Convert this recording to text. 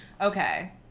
Okay